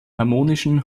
harmonischen